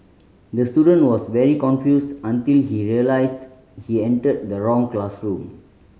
the student was very confused until he realised he entered the wrong classroom